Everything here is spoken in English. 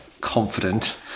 confident